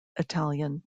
italian